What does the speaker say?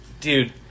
Dude